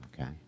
Okay